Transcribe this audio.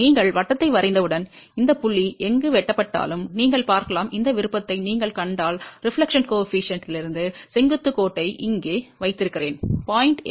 நீங்கள் வட்டத்தை வரைந்தவுடன் இந்த புள்ளி எங்கு வெட்டப்பட்டாலும் நீங்கள் பார்க்கலாம் இந்த விருப்பத்தை நீங்கள் கண்டால் பிரதிபலிப்பு குணகத்திலிருந்து செங்குத்து கோட்டை இங்கே வைத்திருக்கிறேன் 0